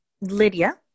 Lydia